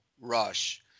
rush